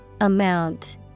Amount